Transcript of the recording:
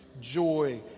joy